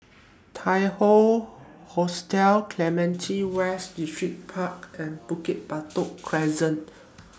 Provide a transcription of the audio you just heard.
Tai Hoe Hostel Clementi West Distripark and Bukit Batok Crescent